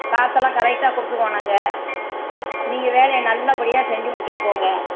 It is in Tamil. காசெல்லாம் கரெக்டாக கொடுத்துருவோம் நாங்கள் நீங்கள் வேலையை நல்லபடியாக செஞ்சு முடிச்சுட்டுப் போங்க